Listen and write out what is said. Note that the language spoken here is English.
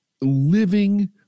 living